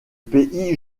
pays